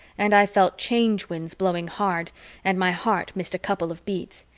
and i felt change winds blowing hard and my heart missed a couple of beats,